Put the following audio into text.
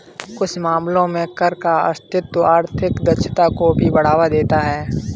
कुछ मामलों में कर का अस्तित्व आर्थिक दक्षता को भी बढ़ावा देता है